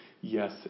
yes